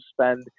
spend